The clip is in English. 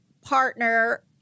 partner